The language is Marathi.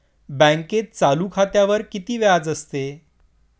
बँकेत चालू खात्यावर किती व्याज असते?